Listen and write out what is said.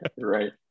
Right